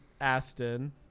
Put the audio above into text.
Aston